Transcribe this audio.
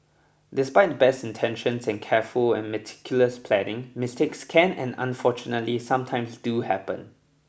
despite the best intentions and careful and meticulous planning mistakes can and unfortunately sometimes do happen